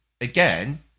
again